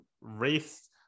race